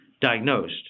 diagnosed